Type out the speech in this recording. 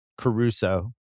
Caruso